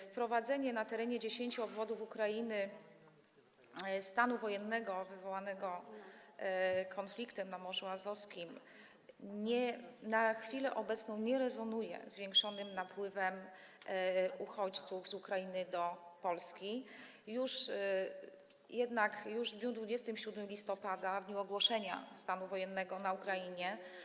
Wprowadzenie na terenie 10 obwodów Ukrainy stanu wojennego wywołanego konfliktem na Morzu Azowskim na chwilę obecną nie rezonuje zwiększonym napływem uchodźców z Ukrainy do Polski, jednak już w dniu 27 listopada, w dniu ogłoszenia stanu wojennego na Ukrainie,